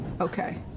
Okay